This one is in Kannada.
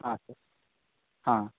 ಹಾಂ ಸರ್ ಹಾಂ